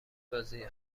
بازیه